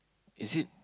is it